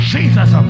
Jesus